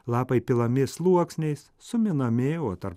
lapai pilami sluoksniais suminami o tarp